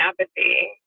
apathy